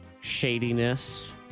Shadiness